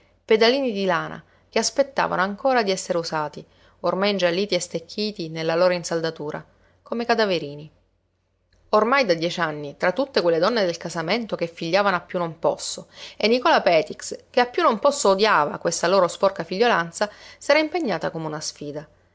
pedalini di lana che aspettavano ancora di essere usati ormai ingialliti e stecchiti nella loro insaldatura come cadaverini ormai da dieci anni tra tutte quelle donne del casamento che figliavano a più non posso e nicola petix che a più non posso odiava questa loro sporca figliolanza s'era impegnata come una sfida